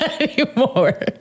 anymore